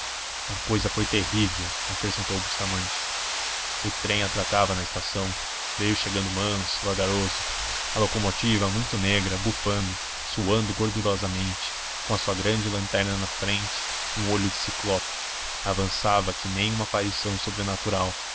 a cousa foi terrível acrescentou bustamante o trem atracava na estação veio chegando manso vagaroso a locomotiva muito negra bufando suando gordurosamente com a sua grande lanterna na frente um olho de ciclope avançava que nem uma aparição sobrenatural